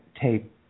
take